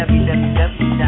www